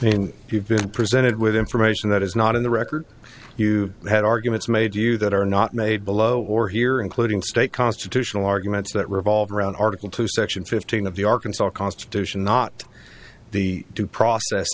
i mean you've been presented with information that is not in the record you had arguments made you that are not made below or here including state constitutional arguments that revolve around article two section fifteen of the arkansas constitution not the due process